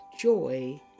Joy